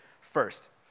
first